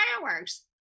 fireworks